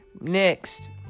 next